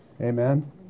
Amen